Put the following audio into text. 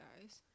guys